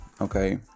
okay